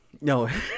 No